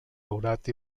daurat